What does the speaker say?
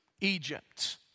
Egypt